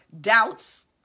doubts